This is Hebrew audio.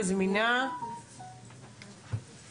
אז קודם כל, שחרור מינהלי מורחב